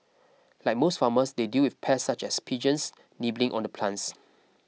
like most farmers they deal with pests such as pigeons nibbling on the plants